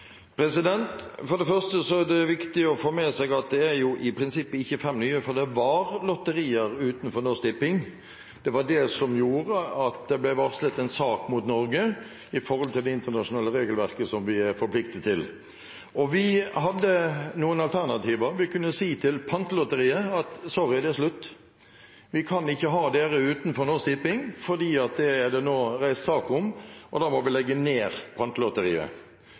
For det første er det viktig å få med seg at det er i prinsippet ikke fem nye, for det var lotterier utenfor Norsk Tipping. Det var det som gjorde at det ble varslet en sak mot Norge i forhold til det internasjonale regelverket som vi er forpliktet til. Vi hadde noen alternativer: Vi kunne si til Pantelotteriet at sorry, det er slutt, vi kan ikke ha dere utenfor Norsk Tipping fordi det nå er reist sak om det, og da må vi legge ned